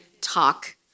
talk